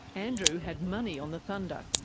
andrew had money on the thunder,